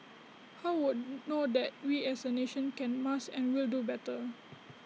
he would know that we as A nation can must and will do better